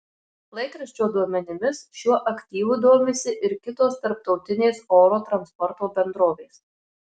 laikraščio duomenimis šiuo aktyvu domisi ir kitos tarptautinės oro transporto bendrovės